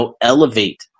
elevate